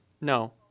No